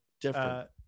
Different